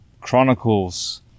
chronicles